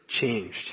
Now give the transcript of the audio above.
changed